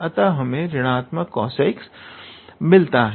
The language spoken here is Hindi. अतः हमें ऋणात्मक cos x मिलता है